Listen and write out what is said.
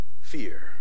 fear